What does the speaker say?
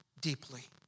deeply